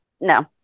no